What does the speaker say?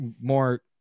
more